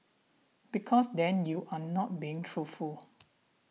because then you're not being truthful